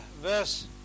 verse